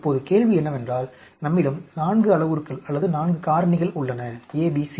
இப்போது கேள்வி என்னவென்றால் நம்மிடம் 4 அளவுருக்கள் அல்லது 4 காரணிகள் உள்ளன ABCD